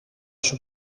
σου